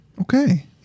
Okay